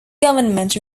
government